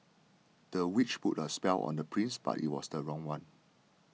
the witch put a spell on the prince but it was the wrong one